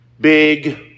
Big